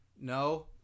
No